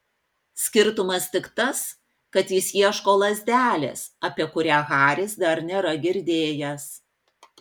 skirtumas tik tas kad jis ieško lazdelės apie kurią haris dar nėra girdėjęs